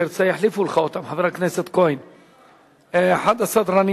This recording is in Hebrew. בסדר-היום: הצעת חוק לחלוקת חיסכון פנסיוני בין בני-זוג שנפרדו,